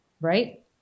right